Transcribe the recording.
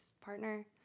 partner